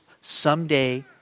someday